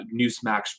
Newsmax